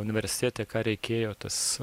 universitete ką reikėjo tas